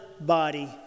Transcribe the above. body